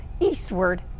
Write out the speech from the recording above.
eastward